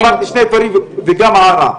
לא, אמרתי שני דברים וגם הערה.